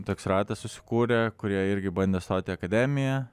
toks ratas susikūrė kurie irgi bandė stoti į akademiją